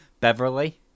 Beverly